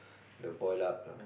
the boil up lah